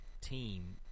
team